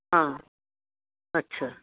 ਹਾਂ ਅੱਛਾ